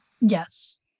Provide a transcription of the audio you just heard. Yes